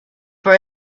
for